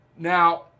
Now